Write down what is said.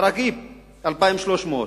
אל-עראקיב, 2,300,